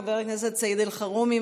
חבר הכנסת סעיד אלחרומי,